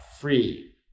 free